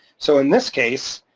so in this case,